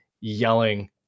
yelling